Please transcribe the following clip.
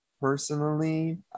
personally